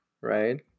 right